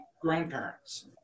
grandparents